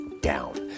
down